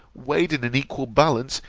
weighed in an equal balance,